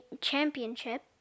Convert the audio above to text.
championship